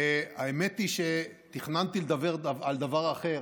האמת היא שתכננתי לדבר על דבר אחר,